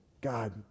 God